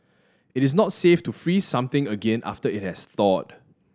it is not safe to freeze something again after it has thawed